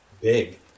big